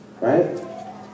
Right